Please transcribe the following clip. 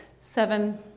seven